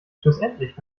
schlussendlich